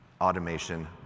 automation